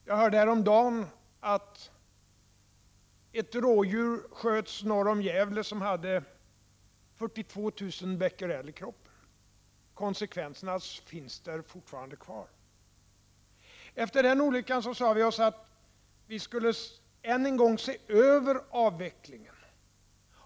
Jag hörde häromdagen att ett rådjur som sköts norr om Gävle hade 42 000 bq i kroppen. Konsekvenserna finns fortfarande kvar. Efter den olyckan sade vi oss att vi än en gång skulle se över avvecklingen.